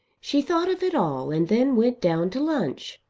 she thought of it all and then went down to lunch.